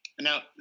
Now